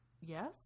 yes